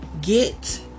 get